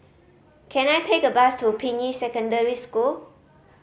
can I take a bus to Ping Yi Secondary School